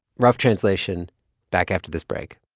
rough translation back after this break